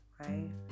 right